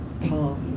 path